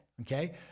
okay